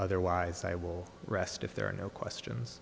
otherwise i will rest if there are no questions